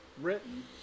written